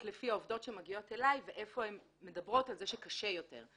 לפי עובדות שמגיעות אלי ואיפה הן מדברות על זה שקשה יותר.